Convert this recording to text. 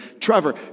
Trevor